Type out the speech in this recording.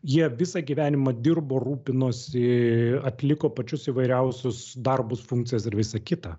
jie visą gyvenimą dirbo rūpinosi atliko pačius įvairiausius darbus funkcijas ir visa kita